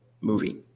movie